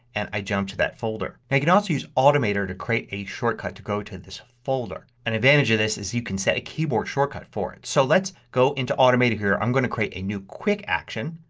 and i jump to that folder. now you can also use automator to create a shortcut to go to this folder. an advantage to this is that you can set a keyboard shortcut for it. so let's go into automator here. i'm going to create a new quickaction.